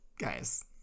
guys